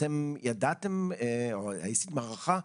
האם ידעתם או ביצעתם הערכה,